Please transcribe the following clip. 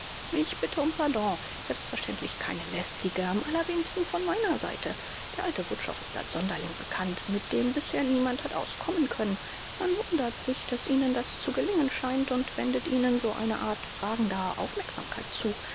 ich bitte um pardon selbstverständlich keine lästige am allerwenigsten von meiner seite der alte wutschow ist als sonderling bekannt mit dem bisher niemand hat auskommen können man wundert sich daß ihnen das zu gelingen scheint und wendet ihnen so eine art fragender aufmerksamkeit zu